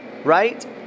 Right